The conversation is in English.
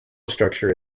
structure